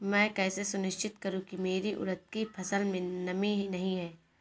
मैं कैसे सुनिश्चित करूँ की मेरी उड़द की फसल में नमी नहीं है?